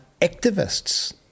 activists